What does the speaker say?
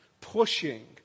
pushing